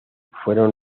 fueron